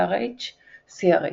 GnRH ו-CRH.